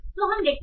तो हम देखते हैं